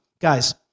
Guys